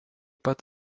pat